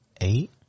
eight